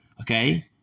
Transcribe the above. Okay